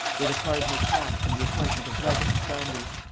with a cardinal's hat and the appointment of legate to flanders.